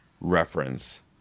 reference